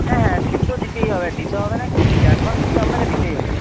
হ্যাঁ হ্যাঁ সে তো দিতেই হবে দিতে হবে না কি অ্যাডভান্স কিছু আপনাকে দিতেই হবে